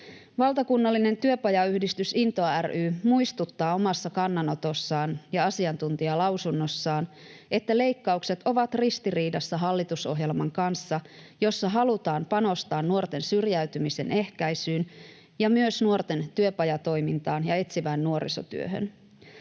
Valtakunnallinen työpajayhdistys Into ry muistuttaa omassa kannanotossaan ja asiantuntijalausunnossaan, että leikkaukset ovat ristiriidassa hallitusohjelman kanssa, jossa halutaan panostaa nuorten syrjäytymisen ehkäisyyn ja myös nuorten työpajatoimintaan ja etsivään nuorisotyöhön.